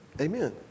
amen